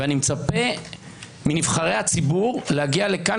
ואני מצפה מנבחרי הציבור להגיע לכאן,